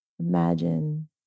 Imagine